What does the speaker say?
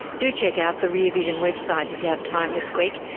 do check out the rear vision website if you have time this week.